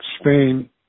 Spain